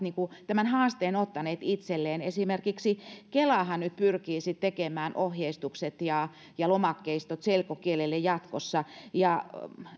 tämän haasteen ottaneet itselleen esimerkiksi kelahan pyrkii nyt tekemään ohjeistukset ja ja lomakkeistot selkokielelle jatkossa ja